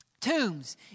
tombs